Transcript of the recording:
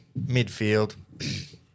midfield